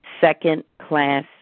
second-class